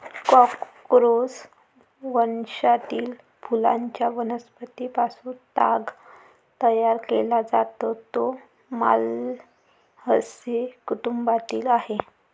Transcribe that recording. Corchorus वंशातील फुलांच्या वनस्पतीं पासून ताग तयार केला जातो, जो माल्व्हेसी कुटुंबातील आहे